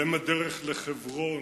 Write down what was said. על אם הדרך לחברון.